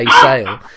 sale